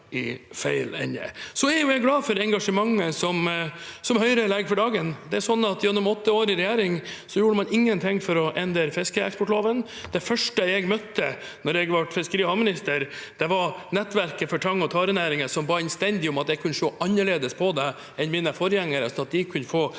Jeg er glad for engasjementet som Høyre legger for dagen, men gjennom åtte år i regjering gjorde man ingenting for å endre fiskeeksportloven. Det første jeg møtte da jeg ble fiskeri- og havminister, var at nettverket for tang- og tarenæringen ba innstendig om at jeg måtte se annerledes på det enn mine forgjengere så de kunne få